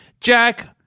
Jack